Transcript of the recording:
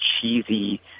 cheesy